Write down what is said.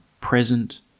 present